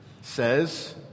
says